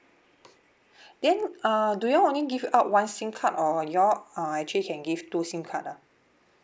then uh do you all only give out one SIM card or you all uh actually can give two SIM card ah